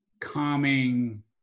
calming